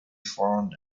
formed